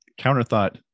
counterthought